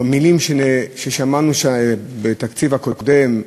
והמילים ששמענו בתקציב הקודם: